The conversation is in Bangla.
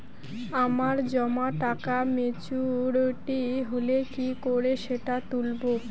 আমার জমা টাকা মেচুউরিটি হলে কি করে সেটা তুলব?